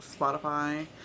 Spotify